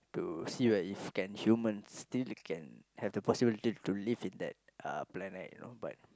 to see whether if can humans still can have the possibility to live in that uh planet you know but